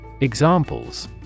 Examples